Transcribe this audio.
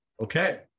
okay